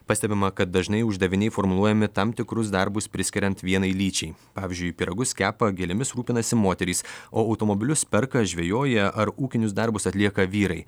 pastebima kad dažnai uždaviniai formuluojami tam tikrus darbus priskiriant vienai lyčiai pavyzdžiui pyragus kepa gėlėmis rūpinasi moterys o automobilius perka žvejoja ar ūkinius darbus atlieka vyrai